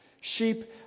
Sheep